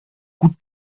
gut